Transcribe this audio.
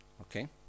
Okay